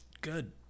good